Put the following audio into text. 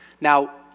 Now